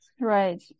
Right